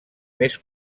més